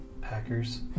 Packers